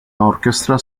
orchestra